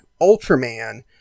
Ultraman